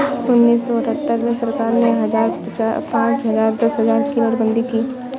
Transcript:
उन्नीस सौ अठहत्तर में सरकार ने हजार, पांच हजार, दस हजार की नोटबंदी की